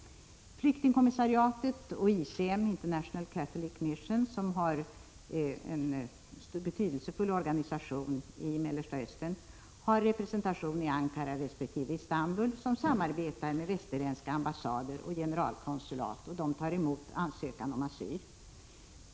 Flyktingkommissariatet och ICM, International Catholic Mission, som har en betydelsefull organisation i Mellersta Östern, har representation i Ankara resp. Istanbul, som samarbetar med västerländska ambassader och generalkonsulat, och de tar emot ansökan om asyl.